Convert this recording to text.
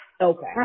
Okay